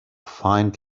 find